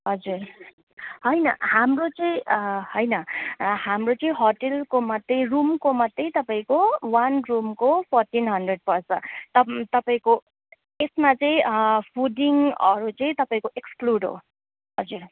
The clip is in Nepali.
हजुर होइन हाम्रो चाहिँ होइन हाम्रो चाहिँ होटलको मात्रै रुमको मात्रै तपाईँको वान रुमको फोर्टिन हन्ड्रेड पर्छ तप तपाईँको यसमाा चाहिँ फुडिङहरू चाहिँ तपाईँको एस्क्लुड हो हजुर